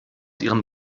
ihren